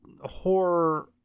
horror